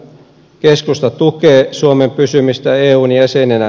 keskusta tukee suomen pysymistä eun jäsenenä